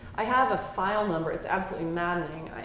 i have a file number, it's absolutely maddening.